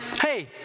hey